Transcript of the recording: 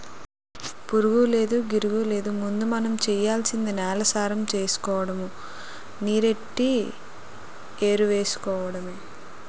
పురుగూలేదు, గిరుగూలేదు ముందు మనం సెయ్యాల్సింది నేలసారం సూసుకోడము, నీరెట్టి ఎరువేసుకోడమే